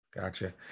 Gotcha